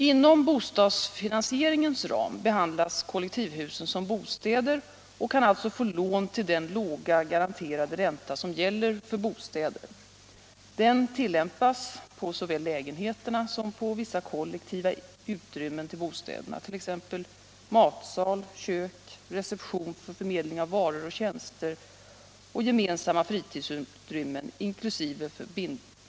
Inom bostadsfinansieringens ram behandlas kollektivhusen som bostäder och kan alltså få lån till den låga garanterade ränta som gäller för bostäder. Den tillämpas på såväl lägenheterna som på vissa kollektiva utrymmen till bostäderna, t.ex. matsal, kök, reception för förmedling av varor och tjänster samt gemensamma fritidsutrymmen, inkl.